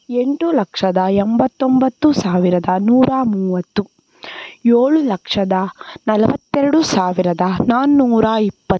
ಎಂಟು ಲಕ್ಷದ ಎಂಬತ್ತೊಂಬತ್ತು ಸಾವಿರದ ನೂರ ಮೂವತ್ತು ಏಳು ಲಕ್ಷದ ನಲವತ್ತೆರಡು ಸಾವಿರದ ನಾನ್ನೂರ ಇಪ್ಪತ್ತು